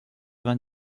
vingt